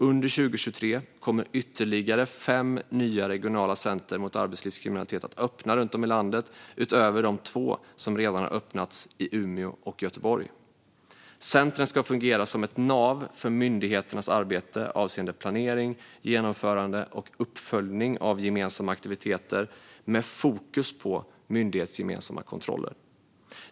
Under 2023 kommer ytterligare fem nya regionala center mot arbetslivskriminalitet att öppna runt om i landet, utöver de två som redan har öppnats i Umeå och Göteborg. Centren ska fungera som ett nav för myndigheternas arbete avseende planering, genomförande och uppföljning av gemensamma aktiviteter, med fokus på myndighetsgemensamma kontroller.